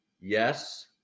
yes